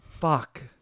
fuck